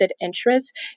Interest